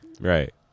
right